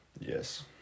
Yes